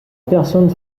personnes